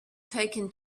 taken